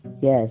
Yes